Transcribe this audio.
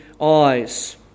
eyes